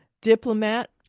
Diplomat